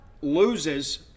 loses